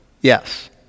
Yes